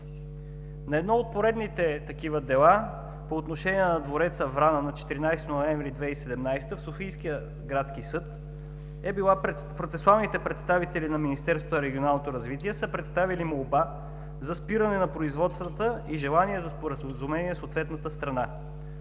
На едно от поредните такива дела по отношение на двореца „Врана“ на 14 ноември 2017 г. в Софийския градски съд процесуалните представители на Министерството на регионалното развитие и благоустройството са представили молба за спиране на производствата и желание за споразумение със съответната страна.